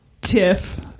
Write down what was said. Tiff